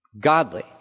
godly